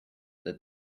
that